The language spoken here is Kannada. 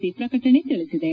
ಸಿ ಪ್ರಕಟಣೆ ತಿಳಿಸಿದೆ